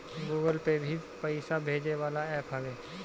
Google pay भी पईसा भेजे वाला एप्प हवे